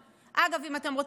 אם אתם רוצים את המספרים,